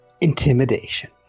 Intimidation